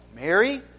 Mary